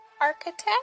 Architect